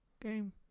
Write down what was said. game